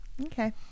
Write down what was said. Okay